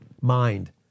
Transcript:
mind